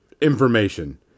Information